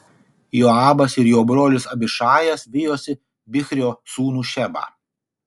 joabas ir jo brolis abišajas vijosi bichrio sūnų šebą